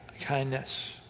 kindness